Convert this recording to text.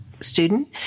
student